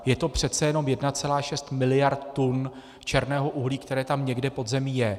Je to přece jenom 1,6 miliardy tun černého uhlí, které tam někde pod zemí je.